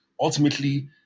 ultimately